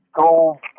go